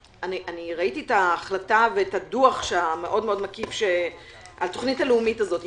ראיתי את ההחלטה ואת הדוח המקיף מאוד של התוכנית הלאומית הזאת.